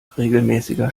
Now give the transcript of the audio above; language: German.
regelmäßiger